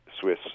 Swiss